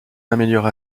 améliore